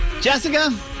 Jessica